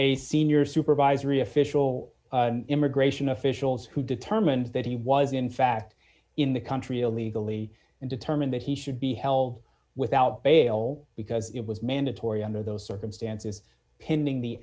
a senior supervisory official immigration officials who determined that he was in fact in the country illegally and determined that he should be held without bail because it was mandatory under those circumstances pending the